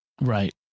Right